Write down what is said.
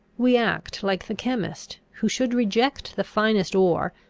we act like the chemist, who should reject the finest ore,